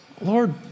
Lord